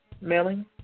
mailing